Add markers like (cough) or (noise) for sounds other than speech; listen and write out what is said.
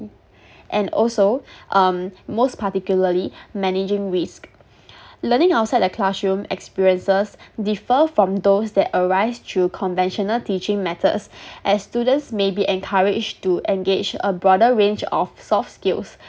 and also um most particularly managing risk (breath) learning outside the classroom experiences defer from those that arise through conventional teaching methods as students may be encouraged to engage a broader range of soft skills